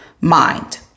mind